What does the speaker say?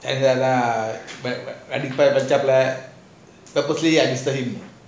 என்னனா:ennana yourself lah cause I am listening